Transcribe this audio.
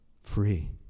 free